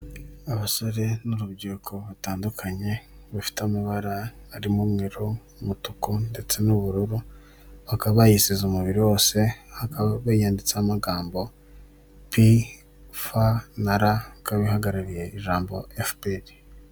Abasore n'urubyiruko batandukanye rufite amabara arimo umweru, umutuku ndetse n'ubururu, bakaba bayisize umubiri wose biyanditse amagambo pfr bikaba bihagarariye ijambo efuperi.